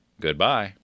Goodbye